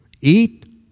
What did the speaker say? Eat